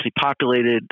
populated